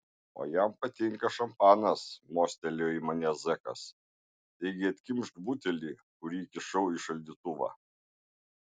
o jam patinka šampanas mostelėjo į mane zekas taigi atkimšk butelį kurį įkišau į šaldytuvą